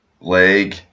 leg